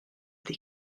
des